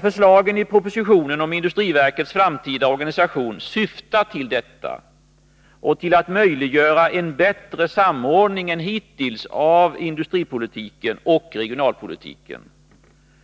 Förslagen i propositionen om industriverkets framtida organisation syftar till detta och till att möjliggöra en bättre samordning än hittills av industripolitiken och regionalpolitiken.